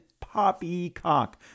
poppycock